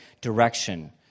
direction